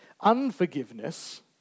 Unforgiveness